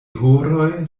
horoj